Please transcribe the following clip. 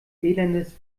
elendes